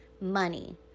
money